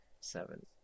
seven